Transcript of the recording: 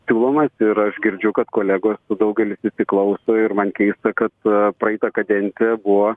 siūlomas ir aš girdžiu kad kolegos daugelis įsiklauso ir man keista kad praeitą kadenciją buvo